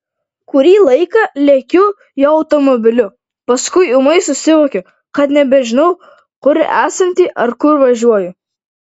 kurį laiką lekiu jo automobiliu paskui ūmai susivokiu kad nebežinau kur esanti ar kur važiuoju